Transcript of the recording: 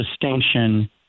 distinction